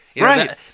right